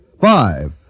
Five